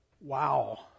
wow